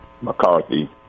McCarthy